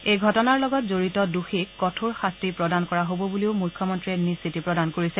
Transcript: এই ঘটনাৰ লগত জড়িত দোষীক কঠোৰ শাস্তি প্ৰদান কৰা হব বুলিও মুখ্যমন্ত্ৰীয়ে নিশ্চিত প্ৰদান কৰিছে